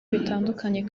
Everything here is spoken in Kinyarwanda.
bitandukanye